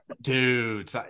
dude